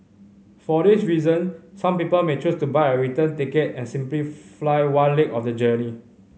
for this reason some people may choose to buy a return ticket and simply fly one leg of the journey